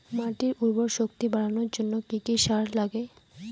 মাটির উর্বর শক্তি বাড়ানোর জন্য কি কি সার লাগে?